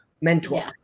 mentor